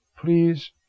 please